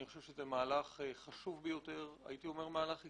אני חושב שזה מהלך חשוב ביותר, מהלך היסטורי.